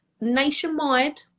nationwide